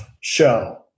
show